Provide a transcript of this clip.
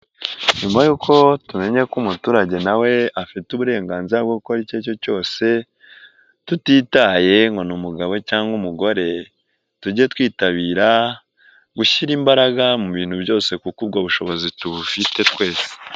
Nyuma y'uko tumenya ko umuturage nawe afite uburenganzira bwo gukora icyo ari cyo cyose tutitaye ngo ni umugabo cyangwa umugore, tujye twitabira gushyira imbaraga mu bintu byose kuko ubwo bushobozi tubufite twese.